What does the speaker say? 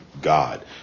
God